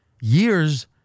Years